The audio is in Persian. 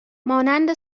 مانند